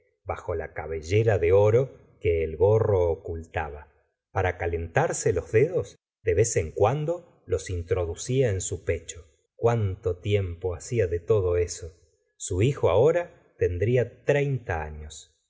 bajo la cabellera de oro que el gorro ocultaba para calentarse los dedos de vez en cuando los introducía en su pecho cuánto tiempo hacía de todo eso su hijo ahora tendría treinta años